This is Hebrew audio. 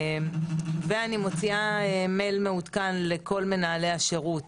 אני מוציאה מייל מעודכן לכל מנהלי השירות